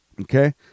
Okay